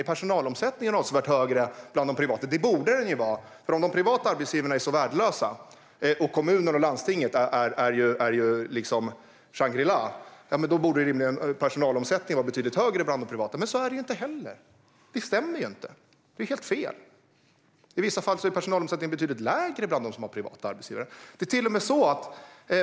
Är personalomsättningen avsevärt högre i de privata bolagen? Det borde den ju vara om de privata arbetsgivarna är så värdelösa och kommuner och landsting är Shangri-La. Men så är det inte. Det stämmer inte; det är helt fel. I vissa fall är personalomsättningen betydligt lägre hos privata arbetsgivare.